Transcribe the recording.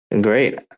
Great